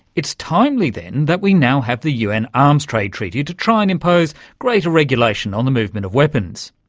it's timely then that we now have the un arms trade treaty to try and impose greater regulation on the movement of weapons.